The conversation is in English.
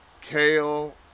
kale